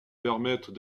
permettent